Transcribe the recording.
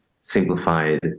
simplified